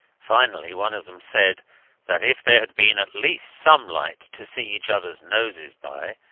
finally, one of them said that if there had been at least some light to see each others noses by,